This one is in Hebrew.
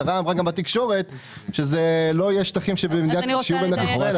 השרה אמרה גם בתקשורת שזה לא שטחים שיהיו במדינת ישראל.